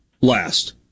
last